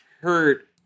hurt